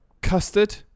Custard